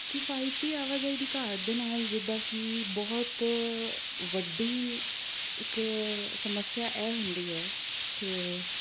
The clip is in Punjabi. ਕਿਫਾਈਤੀ ਆਵਾਜਾਈ ਦੀ ਘਾਟ ਦੇ ਨਾਲ ਜਿੱਦਾਂ ਕਿ ਬਹੁਤ ਵੱਡੀ ਇੱਕ ਸਮੱਸਿਆ ਇਹ ਹੁੰਦੀ ਹੈ ਕਿ